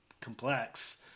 complex